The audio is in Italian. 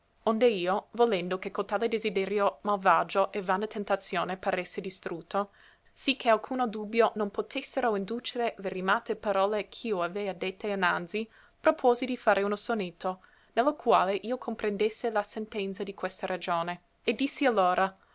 onde io volendo che cotale desiderio malvagio e vana tentazione paresse distrutto sì che alcuno dubbio non potessero indùcere le rimate parole ch'io avea dette innanzi propuosi di fare uno sonetto ne lo quale io comprendesse la sentenza di questa ragione e dissi allora